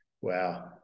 wow